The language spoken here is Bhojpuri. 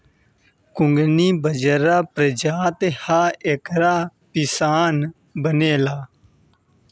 कुगनी बजरा के प्रजाति ह एकर पिसान बनेला